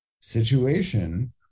situation